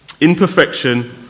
Imperfection